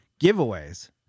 Giveaways